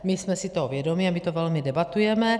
My jsme si toho vědomi a my to velmi debatujeme.